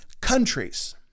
countries